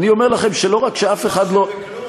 אני אומר לכם שלא רק שאף אחד לא,